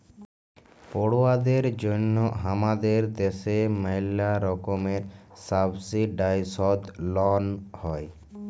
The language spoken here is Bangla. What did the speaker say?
পড়ুয়াদের জন্যহে হামাদের দ্যাশে ম্যালা রকমের সাবসিডাইসদ লন হ্যয়